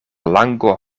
lango